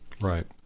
right